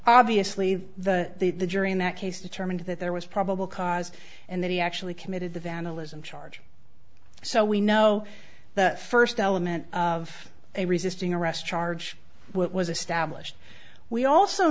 obviously the the jury in that case determined that there was probable cause and that he actually committed the vandalism charge so we know that first element of a resisting arrest charge what was established we also